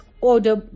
order